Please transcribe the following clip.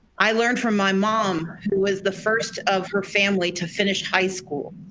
i learned from my mom who was the first of her family to finish high school,